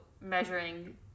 measuring